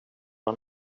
han